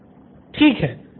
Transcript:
student ठीक है